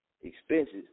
expenses